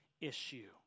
issue